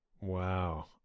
Wow